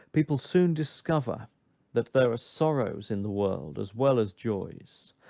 people soon discover that there are sorrows in the world as well as joys,